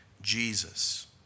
Jesus